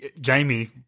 Jamie